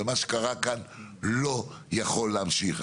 ומה שקרה כאן לא יכול להמשיך.